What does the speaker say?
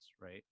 right